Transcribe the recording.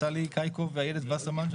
נפתלי קאייקוב ואיילת וסרמן,